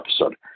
episode